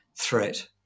threat